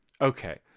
Okay